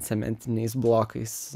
cementiniais blokais